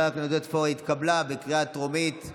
המאבק בכלי הנשק הבלתי-חוקיים (תיקוני חקיקה)